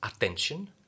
attention